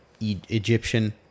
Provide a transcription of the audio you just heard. Egyptian